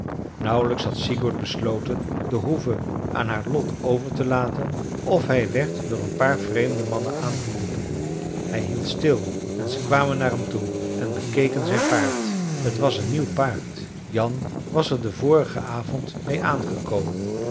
nauwelijks had sigurd besloten de hoeve aan haar lot over te laten of hij werd door een paar vreemde mannen aangeroepen hij hield stil en ze kwamen naar hem toe en bekeken zijn paard t was een nieuw paard jan was er den vorigen avond meê aangekomen